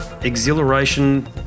exhilaration